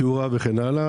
תאורה וכן הלאה.